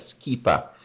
keeper